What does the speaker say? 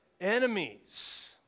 Enemies